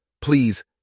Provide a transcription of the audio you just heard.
please